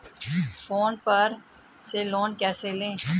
Phone पर से loan कैसे लें?